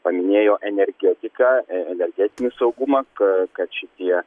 paminėjo energetiką energetinį saugumą kad šitie